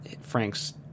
Frank's